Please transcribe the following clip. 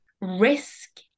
risk